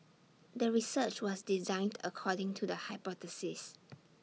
the research was designed according to the hypothesis